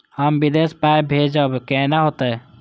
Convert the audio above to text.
हम विदेश पाय भेजब कैना होते?